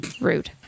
Rude